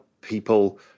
people